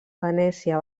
venècia